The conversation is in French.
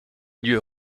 lieu